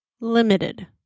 limited